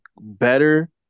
better